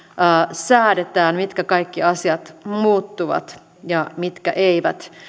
säädetään mitkä kaikki asiat muuttuvat ja mitkä eivät